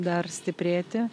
dar stiprėti